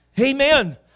Amen